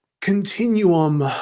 continuum